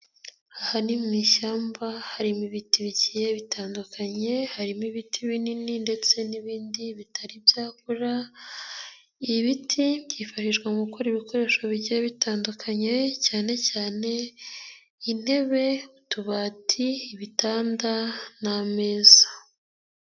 Aha ni mu ishyamba harimo ibiti bigiye bitandukanye, harimo ibiti binini ndetse n'ibindi bitari byakura, ibiti byifashishwa mu gukora ibikoresho bigiye bitandukanye cyane cyane intebe, utubati, ibitanda n'ameza.